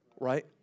right